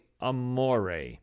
Amore